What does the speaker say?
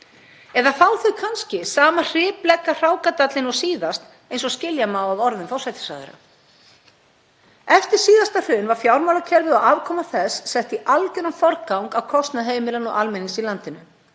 Eða fá þau kannski sama hripleka hrákadallinn og síðast eins og skilja má af orðum forsætisráðherra? Eftir síðasta hrun var fjármálakerfið og afkoma þess sett í algjöran forgang á kostnað heimilanna og almennings í landinu.